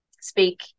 speak